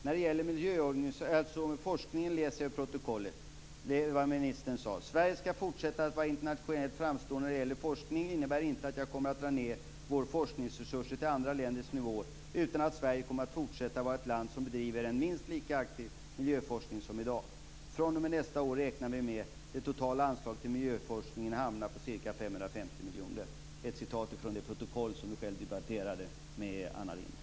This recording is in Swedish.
När det gäller forskningen läser jag ur protokollet vad ministern sade: "Skrivningen om att Sverige skall fortsätta att vara internationellt framstående när det gäller forskning innebär inte att jag kommer att dra ned våra forskningsresurser till andra länders nivå utan att Sverige kommer att fortsätta att vara ett land som bedriver en minst lika aktiv miljöforskning som i dag. - fr.o.m. nästa år räknar vi med att det totala anslaget till miljöforskning hamnar på ca 550 miljoner." Det är ett citat från protokollet över den debatt som Göte Jonsson själv förde med Anna Lindh.